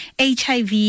HIV